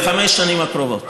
לחמש השנים הקרובות.